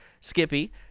Skippy